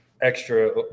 extra